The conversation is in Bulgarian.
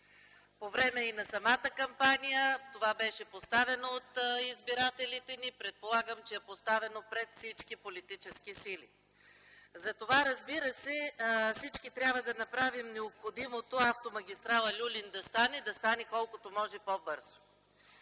По време на самата кампания това беше поставено от избирателите ни, предполагам, че е поставено и пред всички политически сили. Всички трябва да направим необходимото автомагистрала „Люлин” да стане, колкото се може по-бързо.